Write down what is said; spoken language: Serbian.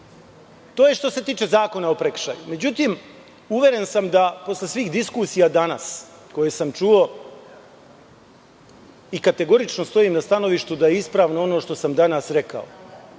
To je što se tiče Zakona o prekršajima.Međutim, uveren sam da posle svih diskusija danas koje sam čuo i kategorično stojim na stanovištu da je ispravno ono što sam danas rekao,